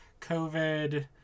COVID